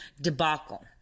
debacle